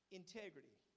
integrity